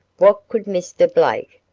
what could mr. blake,